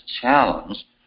challenge